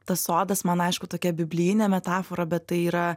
tas sodas man aišku tokia biblinė metafora bet tai yra